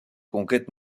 conquêtes